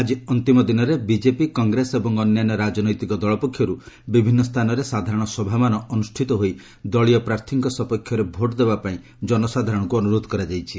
ଆଜି ଅନ୍ତିମ ଦିନରେ ବିକେପି କଂଗ୍ରେସ ଏବଂ ଅନ୍ୟାନ୍ୟ ରାଜନୈତିକ ଦଳ ପକ୍ଷରୁ ବିଭିନ୍ନ ସ୍ଥାନରେ ସାଧାରଣ ସଭାମାନ ଅନୁଷ୍ଠିତ ହୋଇ ଦଳୀୟ ପ୍ରାର୍ଥୀଙ୍କ ସପକ୍ଷରେ ଭୋଟ ଦେବାପାଇଁ ଜନସାଧାରଣଙ୍କୁ ଅନୁରୋଧ କରାଯାଇଛି